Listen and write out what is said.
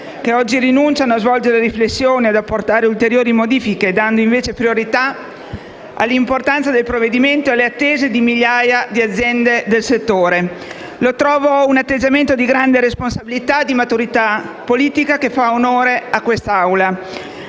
che oggi rinunciano a svolgere riflessioni e ad apportare ulteriori modifiche, dando invece priorità all'importanza del provvedimento e alle attese di migliaia di aziende del settore. Lo trovo un atteggiamento di grande responsabilità e maturità politica che fa onore a quest'Assemblea.